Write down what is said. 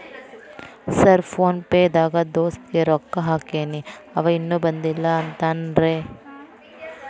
Sir PhonePe ದಾಗ ದೋಸ್ತ್ ಗೆ ರೊಕ್ಕಾ ಹಾಕೇನ್ರಿ ಅಂವ ಇನ್ನು ಬಂದಿಲ್ಲಾ ಅಂತಾನ್ರೇ?